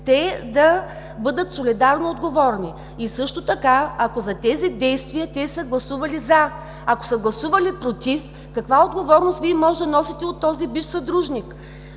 те да бъдат солидарно отговорни, и също така, ако за тези действие те са гласували „за”. Ако са гласували „против“, каква отговорност Вие може да носите от този бивш съдружник?